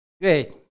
great